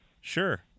Sure